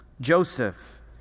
Joseph